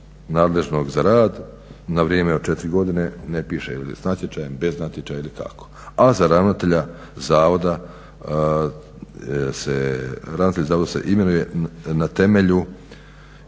nadležnog za rad na vrijeme od 4 godine, ne piše je li s natječajem ili bez natječaja ili kako. A za ravnatelja zavoda se, ravnatelj